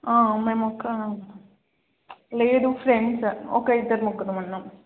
మేమొక లేదు ఫ్రెండ్స్ ఒక ఇద్దరు ముగ్గురుమి ఉన్నాం